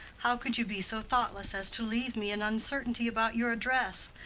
how could you be so thoughtless as to leave me in uncertainty about your address?